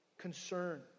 concern